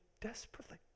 desperately